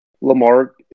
Lamar